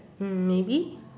hmm maybe